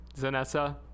Zanessa